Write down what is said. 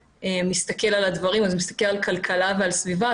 מסתכל על הדברים הוא מסתכל על כלכלה ועל סביבה.